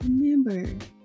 remember